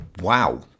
wow